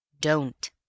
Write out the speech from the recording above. Don't